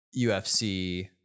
ufc